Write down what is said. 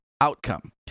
outcome